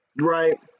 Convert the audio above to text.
Right